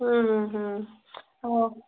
ହୁଁ ହୁଁ ହୁଁ ହଉ